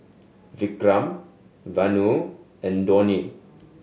Vikram Vanu and Dhoni